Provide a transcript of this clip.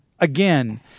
Again